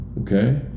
okay